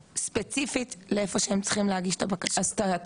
אני יכולה להעביר לכם את הקישור.